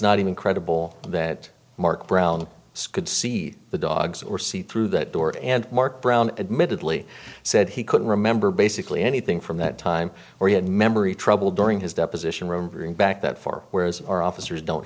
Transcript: not even credible that mark brown skinned see the dogs or see through that door and mark brown admittedly said he couldn't remember basically anything from that time or he had memory trouble during his deposition remembering back that far whereas our officers don't